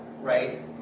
right